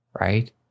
right